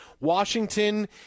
Washington